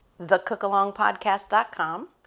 thecookalongpodcast.com